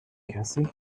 cassie